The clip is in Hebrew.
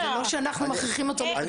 זה לא שאנחנו מכריחים אותו לבקש.